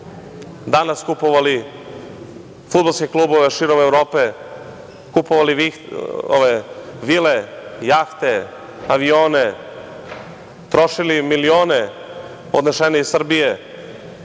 danas kupovali fudbalske klubove širom Evrope, kupovali vile, jahte, avione, trošili milione odnesene iz Srbije,